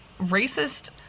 racist